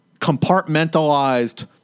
compartmentalized